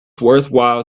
worthwhile